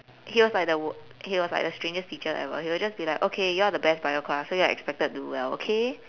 he was like the w~ he was like the strangest teacher ever he will just be like okay you all are the best bio class so you're expected to do well okay